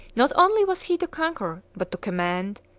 not only was he to conquer, but to command,